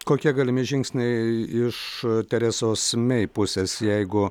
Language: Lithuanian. kokie galimi žingsniai iš teresos mei pusės jeigu